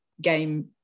game